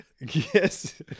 yes